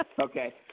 Okay